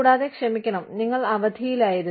കൂടാതെ ക്ഷമിക്കണം നിങ്ങൾ അവധിയിലായിരുന്നു